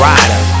Rider